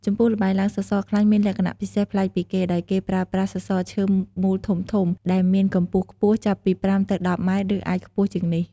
ចំពោះល្បែងឡើងសសរខ្លាញ់មានលក្ខណៈពិសេសប្លែកពីគេ ដោយគេប្រើប្រាស់ សសរឈើមូលធំៗ ដែលមានកម្ពស់ខ្ពស់ ចាប់ពី ៥ ទៅ ១០ ម៉ែត្រ ឬអាចខ្ពស់ជាងនេះ។